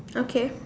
okay